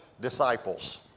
Disciples